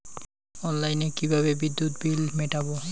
অনলাইনে কিভাবে বিদ্যুৎ বিল মেটাবো?